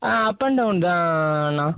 ah up and down தான் அண்ணா